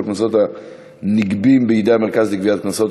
קנסות הנגבים בידי המרכז לגביית קנסות,